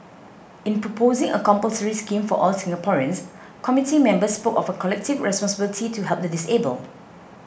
in proposing a compulsory scheme for all Singaporeans committee members spoke of a collective responsibility to help the disabled